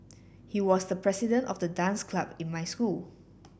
he was the president of the dance club in my school